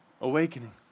Awakening